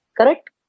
Correct